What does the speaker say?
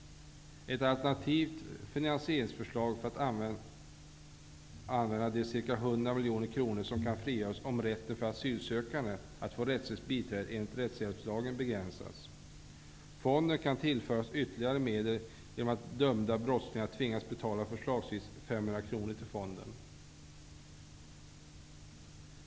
Ett alternativt finansieringsförslag är att använda de ca 100 miljoner kronor som kan frigöras om rätten för asylsökande att få rättsligt biträde enligt rättshjälpslagen begränsas. Fonden kan tillföras ytterligare medel genom att dömda brottslingar tvingas betala förslagsvis 500 kr till fonden.